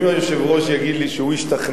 אם יושב-ראש הקואליציה יגיד לי שהוא השתכנע